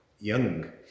young